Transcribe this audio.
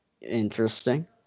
interesting